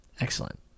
Excellent